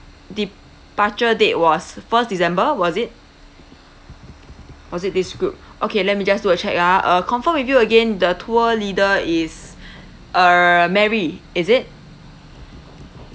departure date was first december was it was it this group okay let me just do a check ah uh confirm with you again the tour leader is uh mary is it